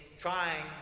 trying